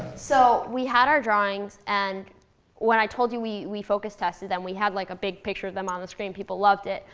so we had our drawings. and when i told you we we focused tested, then we had like a big picture of them on the screen. people loved it.